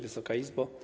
Wysoka Izbo!